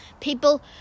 People